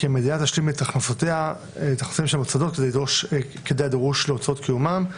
המדינה תשלים את הכנסות המוסדות כדי הדרוש להוצאות קיומם,